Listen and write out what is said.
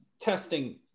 testing